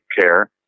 care